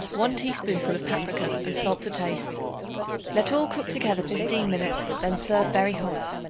one teaspoonful of paprica and salt to taste let all cook together fifteen minutes then serve very hot.